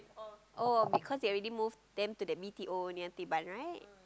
oh because they already moved them to the M_T_O near Teban right